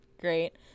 Great